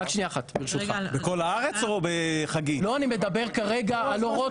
אני מדבר כרגע על אורות